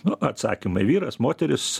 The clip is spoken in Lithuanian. nu atsakymai vyras moteris